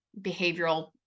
behavioral